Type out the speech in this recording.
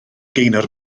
gaynor